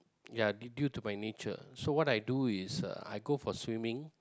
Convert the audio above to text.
ya due due to my nature so what I do is uh I go for swimming